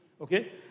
Okay